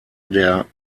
der